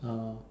oh